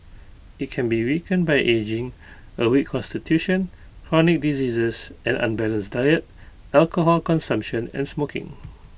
IT can be weakened by ageing A weak Constitution chronic diseases an unbalanced diet alcohol consumption and smoking